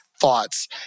thoughts